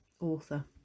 author